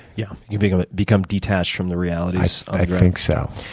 yeah, you become become detached from the realities. i think so.